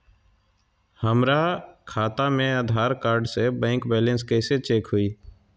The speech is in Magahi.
हमरा खाता में आधार कार्ड से बैंक बैलेंस चेक कैसे हुई?